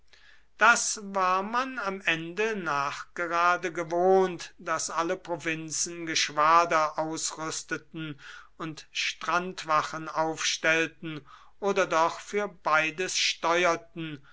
das war man am ende nachgerade gewohnt daß alle provinzen geschwader ausrüsteten und strandwachen aufstellten oder doch für beides steuerten